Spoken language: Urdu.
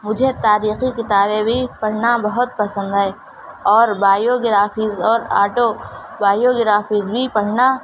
مجھے تاریخی کتابیں بھی پڑھنا بہت پسند ہے اور بایوگرافیز اور آٹو بایوگرافیز بھی پڑھنا